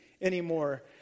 anymore